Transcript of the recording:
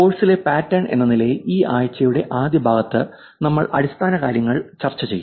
കോഴ്സിലെ പാറ്റേൺ എന്ന നിലയിൽ ഈ ആഴ്ചയുടെ ആദ്യ ഭാഗത്ത് നമ്മൾ ചില അടിസ്ഥാനകാര്യങ്ങൾ ചെയ്യും